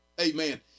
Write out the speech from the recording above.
Amen